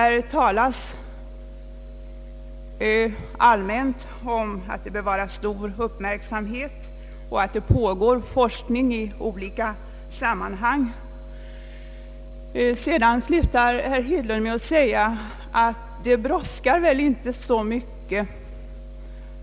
Där talas allmänt om att frågan bör följas med stor uppmärksamhet och att det pågår forskning i olika sammanhang. Herr Hedlund slutade sitt anförande med att säga att det väl inte brådskade så mycket.